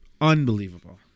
Unbelievable